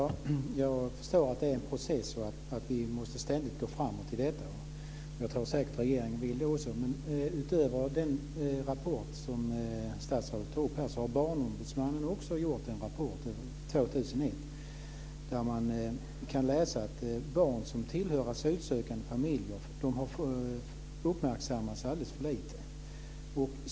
Fru talman! Jag förstår att detta är en process och att vi ständigt måste gå framåt. Jag tror säkert att regeringen också vill det. Men utöver den rapport som statsrådet tog upp här så har också Barnombudsmannen gjort en rapport under 2001 där man kan läsa att barn som tillhör asylsökande familjer har uppmärksammats alldeles för lite.